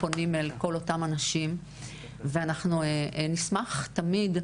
פונים אל כל אותם אנשים ואנחנו נשמח תמיד,